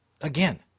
Again